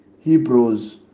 Hebrews